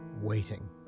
Waiting